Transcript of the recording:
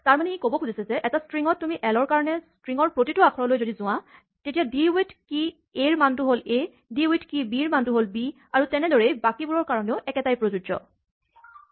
তাৰমানে ই ক'ব খুজিছে যে এটা ষ্ট্ৰিঙত তুমি এলৰ কাৰণে ষ্ট্ৰিঙৰ প্ৰতিটো আখৰলৈ যোৱা যদি তেতিয়া ডি ৱিথ কী এ ৰ মানটো হ'ল a d with key b ৰ মানটো হ'ল বি আৰু তেনেদৰেই বাকীবোৰৰ কাৰণেও একেটাই প্ৰযোজ্য হয়